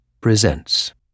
presents